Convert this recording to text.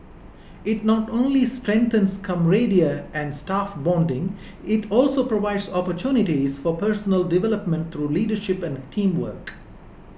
it not only strengthens camaraderie and staff bonding it also provides opportunities for personal development through leadership and teamwork